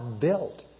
built